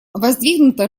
воздвигнута